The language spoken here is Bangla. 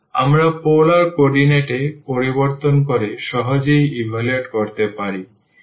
আমরা পোলার কোঅর্ডিনেট এ পরিবর্তন করে সহজেই ইভালুয়েট করতে পারি